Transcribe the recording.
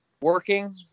working